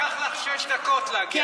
לקח לך שש דקות להגיע לזה.